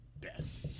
best